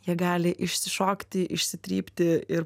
jie gali išsišokti išsitrypti ir